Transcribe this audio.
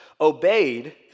obeyed